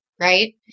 right